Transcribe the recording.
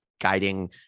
guiding